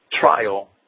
trial